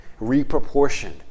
reproportioned